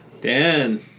Dan